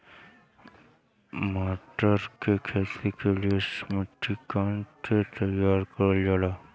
मटर की खेती के लिए मिट्टी के कैसे तैयार करल जाला?